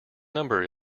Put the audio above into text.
number